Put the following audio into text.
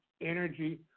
energy